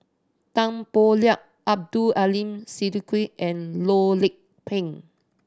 Tan Boo Liat Abdul Aleem Siddique and Loh Lik Peng